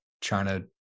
China